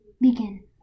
Begin